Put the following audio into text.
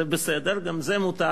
זה בסדר, גם זה מותר.